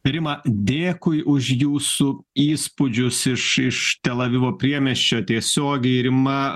rima dėkui už jūsų įspūdžius iš iš tel avivo priemiesčio tiesiogiai rima